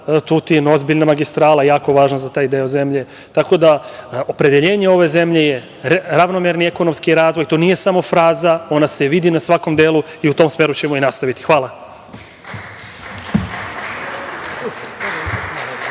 Pazar-Tutin ozbiljna magistrala, jako važna za taj deo zemlje. Tako da, opredeljenje ove zemlje je ravnomerni ekonomski razvoj. To nije samo fraza, ona se vidi na svakom delu i u tom smeru ćemo i nastaviti. Hvala.